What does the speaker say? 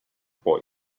boy